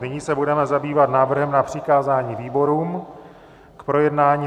Nyní se budeme zabývat návrhem na přikázání výborům k projednání.